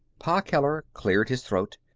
pa keller cleared his throat.